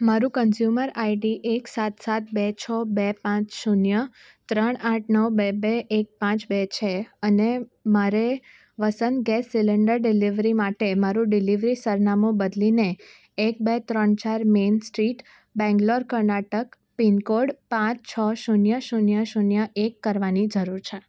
મારું consumer ID એક સાત સાત બે છ બે પાંચ શૂન્ય ત્રણ આઠ નવ બે બે એક પાંચ બે છે અને મારે વસંત ગેસ સિલિન્ડર ડિલિવરી માટે મારું ડિલેવરી સરનામું બદલીને એક બે ત્રણ ચાર main street Bangalore Karnataka pin code પાંચ છ શૂન્ય શૂન્ય શૂન્ય એક કરવાની જરૂર છે